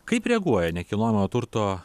kaip reaguoja nekilnojamojo turto